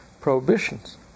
prohibitions